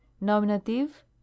Nominative